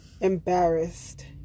embarrassed